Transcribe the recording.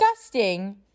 disgusting